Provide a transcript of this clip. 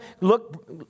look